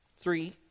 Three